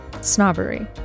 snobbery